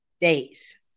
days